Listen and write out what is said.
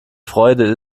freude